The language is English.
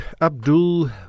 Abdul